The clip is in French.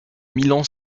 milan